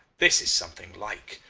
this is something like.